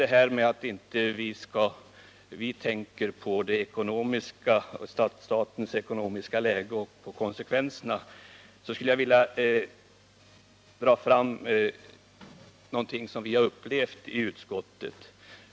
Med anledning av att Britta Bergström beskyllde oss för att inte tänka på statens ekonomiska läge och de ekonomiska konsekvenserna vill jag dra fram något som vi i utskottet har upplevt.